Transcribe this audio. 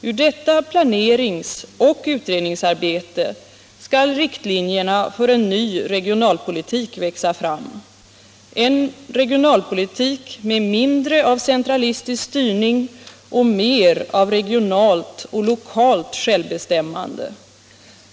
Ur detta planeringsoch utredningsarbete skall riktlinjerna för en ny regionalpolitik växa fram — en regionalpolitik med mindre av centralistisk styrning och mer av regionalt och lokalt självbestämmande.